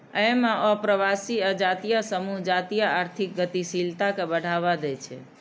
अय मे अप्रवासी आ जातीय समूह जातीय आर्थिक गतिशीलता कें बढ़ावा दै छै